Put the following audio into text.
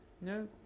No